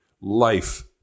Life